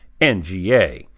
NGA